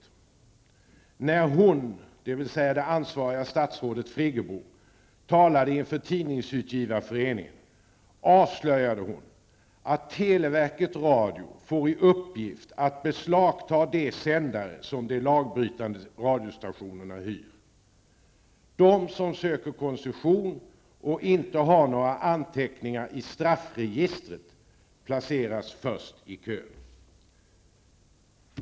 I artikeln heter det: ''När hon'' -- dvs. det ansvariga statsrådet Friggebo -- avslöjade hon -- att Televerket Radio får i uppgift att beslagta de sändare som de lagbrytande radiostationerna hyr.'' Det heter vidare i artikeln: ''De som söker koncession och inte har några anteckningar i straffregistret placeras först i kön.''